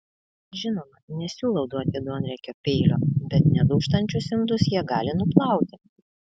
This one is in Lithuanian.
žinoma nesiūlau duoti duonriekio peilio bet nedūžtančius indus jie gali nuplauti